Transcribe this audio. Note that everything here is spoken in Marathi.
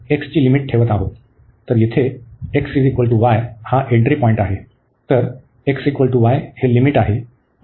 तर येथे xy हा एन्ट्री पॉईंट आहे तर x y हे लिमिट आहे